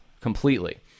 completely